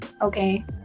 okay